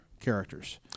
characters